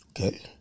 Okay